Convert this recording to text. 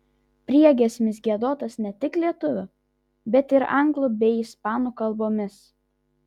priegiesmis giedotas ne tik lietuvių bet ir anglų bei ispanų kalbomis